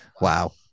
Wow